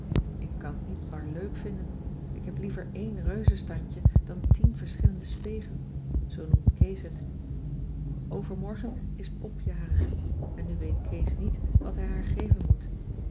ik kan t niet bar leuk vinden ik heb liever één reuze standje dan tien verschillende speegen zoo noemt kees het overmorgen is pop jarig en nu weet kees niet wat hij haar geven moet